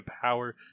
power